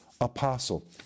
apostle